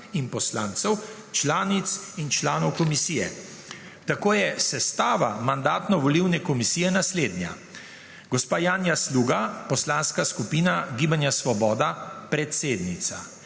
in poslancev, članic in članov komisije. Tako je sestava Mandatno-volilne komisije naslednja: Janja Sluga, poslanska skupina Gibanja Svoboda, predsednica;